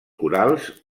corals